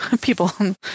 people